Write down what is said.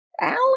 alan